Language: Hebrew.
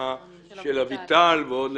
ההצעה של אביטל --- זה